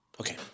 okay